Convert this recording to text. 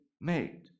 made